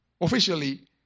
officially